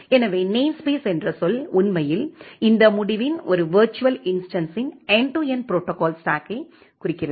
எனவே நேம்ஸ்பேஸ் என்ற சொல் உண்மையில் இந்த முடிவின் ஒரு விர்ச்சுவல் இன்ஸ்டன்ஸின் எண்டு டு எண்டு ப்ரோடோகால் ஸ்டாக்கைக் குறிக்கிறது